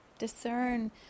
discern